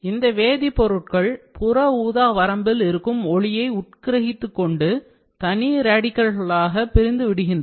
இந்த வேதிப்பொருட்கள் புற ஊதா வரம்பில் இருக்கும் ஒளியை உட்கிரகித்துக் கொண்டு தனி ரடிகல்களாக பிரிந்து விடுகின்றன